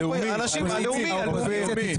הלאומי.